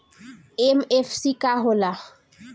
MFC का होला?